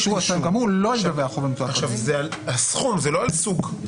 כאמור לא יהיה --- זה על סכום זה לא על סוג.